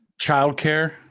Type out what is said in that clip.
Childcare